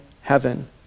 heaven